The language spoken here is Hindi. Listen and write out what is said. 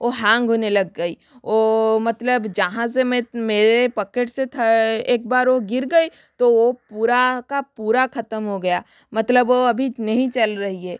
वो हैंग होने लग गई वो मतलब जहाँ से मैं मेरे पकेट से था एक बार वो गिर गई तो वो पूरा का पूरा खत्म हो गया मतलब अभी नहीं चल रही है